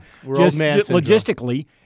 Logistically